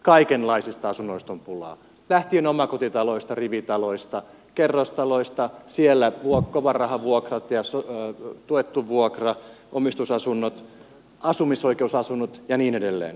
kaikenlaisista asunnoista on pulaa lähtien omakotitaloista rivitaloista kerrostaloista siellä kovanrahan vuokrat ja tuettu vuokra omistusasunnot asumisoikeusasunnot ja niin edelleen